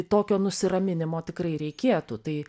tokio nusiraminimo tikrai reikėtų tai